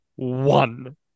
One